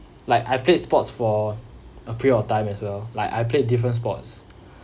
like I played sports for a period of time as well like I played different sports